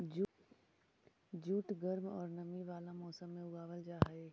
jute गर्म औउर नमी वाला मौसम में उगावल जा हई